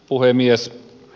puhemies